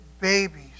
babies